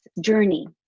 journey